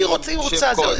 היא רוצה.